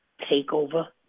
takeover